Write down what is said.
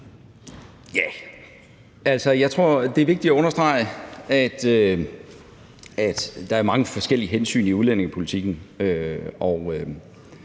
Altså, jeg tror, det er vigtigt at understrege, at der er mange forskellige hensyn i udlændingepolitikken.